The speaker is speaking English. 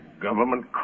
government